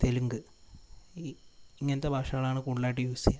തെലുങ്ക് ഈ ഇങ്ങനത്തെ ഭാഷകളായാണ് കൂടുതലായിട്ടും യൂസ് ചെയ്യുക